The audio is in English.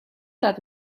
that